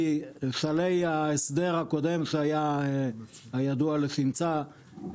מסלי ההסדר הקודם שהיה ידוע לשמצה,